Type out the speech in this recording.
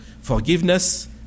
forgiveness